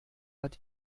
hat